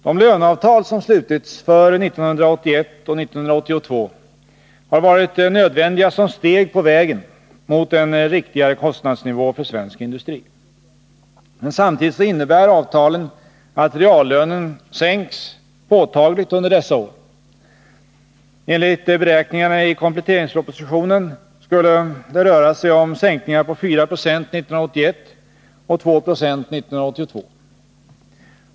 De löneavtal som slutits för 1981 och 1982 har varit nödvändiga som steg på vägen mot en riktigare kostnadsnivå för svensk industri. Men samtidigt innebär avtalen att reallönen sänks påtagligt under dessa år. Enligt beräkningarna i kompletteringspropositionen skulle det röra sig om sänkningar på 4 20 1981 och 2 20 1982.